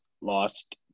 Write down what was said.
lost